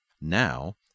now